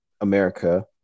america